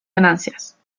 ganancias